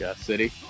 City